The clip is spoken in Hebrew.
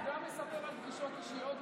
גם מספר על פגישות אישיות,